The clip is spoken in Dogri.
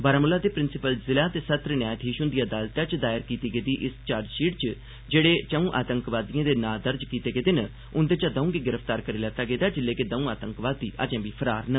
बारामूला दे प्रिंसिपल जिला ते सत्र न्यायाधीश हुंदी अदालत च दायर कीती गेदी इस चार्जशीट च जेहड़े चौं आतंकवादिएं दे नांऽ दर्ज कीते गेदे न उंदे चा दौं गी गिरफ्तार करी लैता गेदा ऐ जिल्ले के दौं आतंकवादी अजें बी फरार न